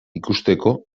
ikusteko